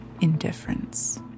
indifference